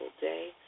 day